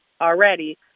already